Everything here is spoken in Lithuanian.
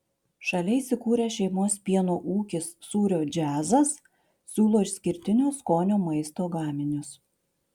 šalia įsikūrę šeimos pieno ūkis sūrio džiazas siūlo išskirtinio skonio maisto gaminius